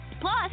Plus